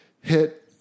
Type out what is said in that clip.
hit